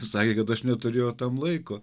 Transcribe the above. sakė kad aš neturėjau tam laiko